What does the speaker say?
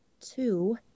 two